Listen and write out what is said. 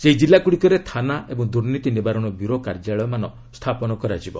ସେହି ଜିଲ୍ଲାଗୁଡ଼ିକରେ ଥାନା ଏବଂ ଦୁର୍ନୀତି ନିବାରଣ ବ୍ୟୁରୋ କାର୍ଯ୍ୟାଳୟମାନ ସ୍ଥାପନ କରାଯିବ